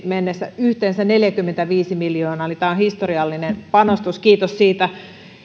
mennessä yhteensä neljäkymmentäviisi miljoonaa eli tämä on historiallinen panostus kiitos siitä